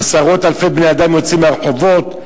עשרות אלפי בני-אדם יוצאים לרחובות,